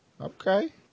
Okay